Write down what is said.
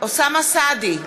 אוסאמה סעדי,